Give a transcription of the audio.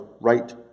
right